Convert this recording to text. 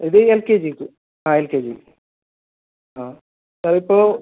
ഇത് L K ജിക്ക് ആ എൽ കെ ജിക്ക് ആ അതിപ്പോൾ